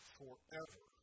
forever